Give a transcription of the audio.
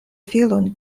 filon